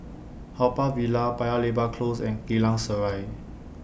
Haw Par Villa Paya Lebar Close and Geylang Serai